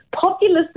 populist